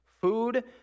food